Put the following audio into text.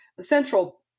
central